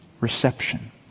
reception